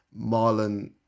Marlon